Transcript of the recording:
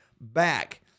back